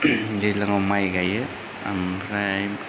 दैज्लाङाव माइ गायो ओमफ्राय